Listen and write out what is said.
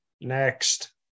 Next